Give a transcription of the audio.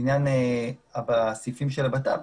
לעניין הסעיפים של המשרד לביטחון פנים,